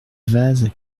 vases